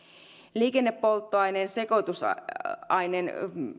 liikennepolttoaineen sekoitussuhteen